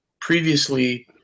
previously